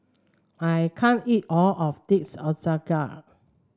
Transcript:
I can't eat all of this Ochazuke